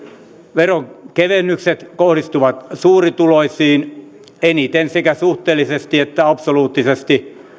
veronkevennykset kohdistuvat suurituloisiin eniten sekä suhteellisesti että absoluuttisesti